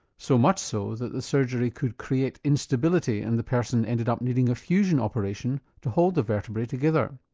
so much so that the surgery could create instability and the person ended up needing a fusion operation to hold the vertebrae together.